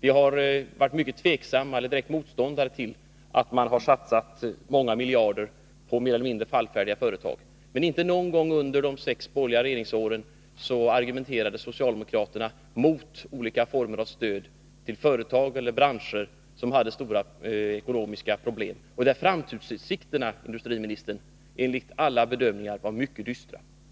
Vi har varit mycket tveksamma inför — eller direkt motståndare till — att man har satsat många miljarder på mer eller mindre fallfärdiga företag. Men inte någon gång under de sex borgeriga regeringsåren argumenterade socialdemokraterna mot olika former av stöd till företag eller branscher som hade stora ekonomiska problem — och där framtidsutsikterna, herr industriminister, enligt alla bedömningar var mycket dystra.